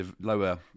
lower